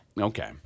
Okay